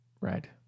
Right